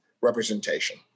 representation